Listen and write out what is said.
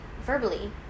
verbally